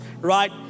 right